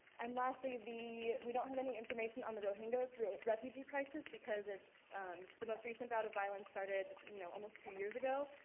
and lastly the, we don't have any information on the rohingya refugee crisis, because um the most recent bout of violence started you know almost two years ago.